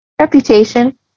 Reputation